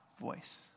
voice